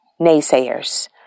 naysayers